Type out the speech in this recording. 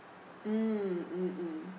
mm mmhmm